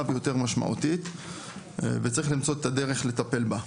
ויותר משמעותית וצריך למצוא את הדרך לטפל בה,